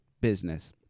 business